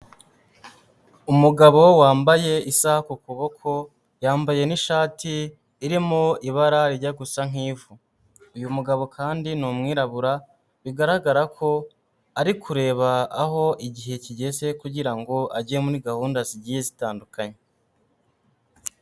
Umugabo wambaye isaha ku kuboko, yambaye n'ishati irimo ibara rijya gusa nk'ivu. Uyu mugabo kandi ni umwirabura, bigaragara ko ari kureba aho igihe kigeze kugira ngo ajye muri gahunda zigiye zitandukanye.